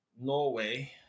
Norway